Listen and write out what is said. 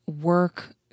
work